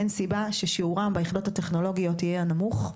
אין סיבה ששיעורם ביחידות הטכנולוגיות יהיה נמוך.